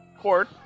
Court